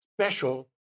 special